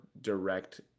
direct